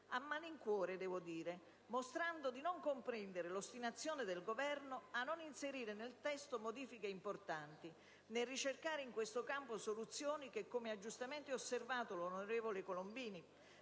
a malincuore, mostrando di non comprendere l'ostinazione del Governo nel non volere inserire nel testo modifiche importanti e nel non ricercare in questo campo soluzioni che, come ha giustamente osservato l'onorevole Colombini,